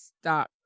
stop